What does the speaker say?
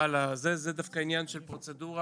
זה דווקא עניין של פרוצדורה.